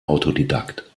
autodidakt